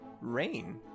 rain